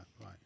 right